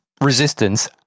resistance